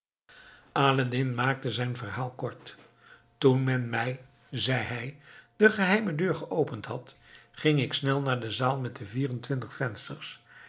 aladdin maakte zijn verhaal kort toen men mij zei hij de geheime deur geopend had ging ik snel naar de zaal met de vier en twintig vensters